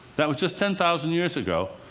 that was just ten thousand years ago.